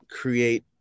create